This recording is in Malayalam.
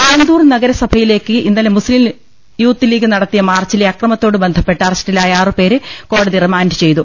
ആന്തൂർ നഗരസഭയിലേക്ക് ഇന്നലെ മുസ്തിം യൂത്ത് ലീഗ് നടത്തിയ മാർച്ചിലെ അക്രമുത്തോട് ബന്ധപ്പെട്ട് അറസ്റ്റിലായ ആറുപേരെ കോടതി റിമാൻഡ് ചെയ്തു